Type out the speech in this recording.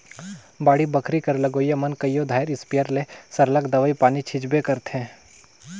बाड़ी बखरी कर लगोइया मन कइयो धाएर इस्पेयर ले सरलग दवई पानी छींचबे करथंे